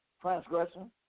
transgression